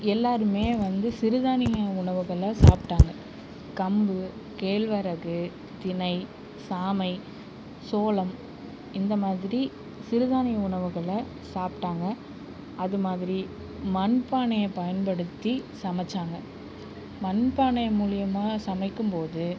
எல்லாருமே வந்து சிறுதானிய உணவுகளை சாப்பிட்டாங்கள் கம்பு கேழ்வரகு திணை சாமை சோளம் இந்த மாதிரி சிறுதானிய உணவுகள சாப்பிட்டாங்க அது மாதிரி மண்பானையை பயன்படுத்தி சமைச்சாங்கள் மண் பானை மூலிமா சமைக்கும் போது